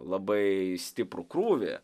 labai stiprų krūvį